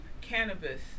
cannabis